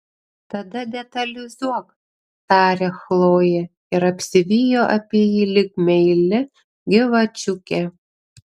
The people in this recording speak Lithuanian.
tada detalizuok tarė chlojė ir apsivijo apie jį lyg meili gyvačiukė